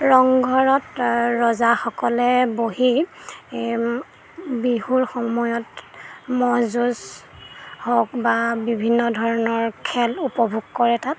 ৰংঘৰত ৰজাসকলে বহি বিহুৰ সময়ত ম'হ যুঁজ হওক বা বিভিন্ন ধৰণৰ খেল উপভোগ কৰে তাত